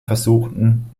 versuchten